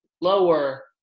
lower